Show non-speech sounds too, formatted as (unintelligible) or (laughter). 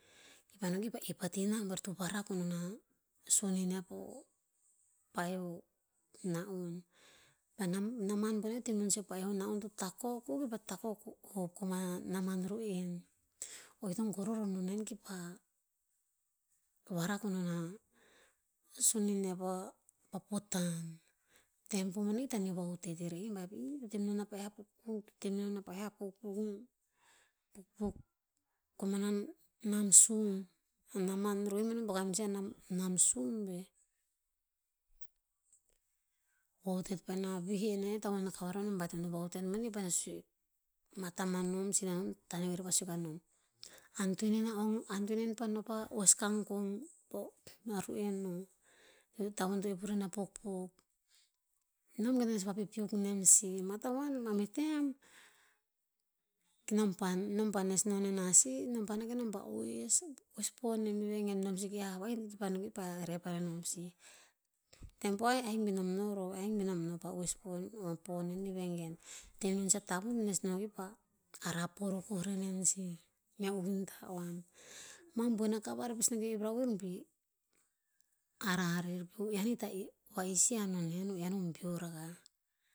Ki pah no ki pah ep ati ina boer to varak o non a sonin niah po, paeoh o na on. Pah nam- naman boneh to te menon sih o paeoh or naon to takok o ki pah takok hop o koman anaman ru'en. O i to goroh ro no nen ki pah, varak ko non a sonin niah pa potan. Tem po boneh ir to taneo vahutet er ai ba i (unintelligible) to te menon a pa eh a pukpuk te menon a pa'eh pukpuk. Pukpuk koman a nam sum, a naman ru'en boneh nom to poka nem sih a nam- nam sum veh. Vahutet pa ena vih en ai tavon a kavar pa ena baiton er vahutet boneh paena sue, mah taman nom, sinan nom taneo er pah sue kanom, antoen en a ong- antoen en pah no pah oes kangkong po a ru'en o. Tavon to ep uren a pukpuk. Nom gen to nes vapipiuk nem sih, mah tamuan mameh tem, ke nom pah- nom pah nes no nemah sih, nom pah no ke nom pah oes- oes poh nem vegen nom seke hah vah ir pah no kipah rep anenom sih. Tem poh ahik be nom noh roh ahik be nom no pah oes poh- poh nen ivegen, te non sih a tavon, to nes noh rer kipah ara porokoh re nen sih, mea uvinta oan. Mah boen a kavar e pasi no ep ra'oer bi ara rer pi o ian hikta va isi a nonen, o ian o beor akah.